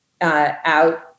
Out